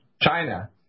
China